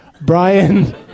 Brian